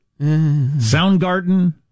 Soundgarden